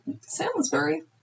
Salisbury